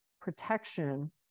protection